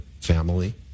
family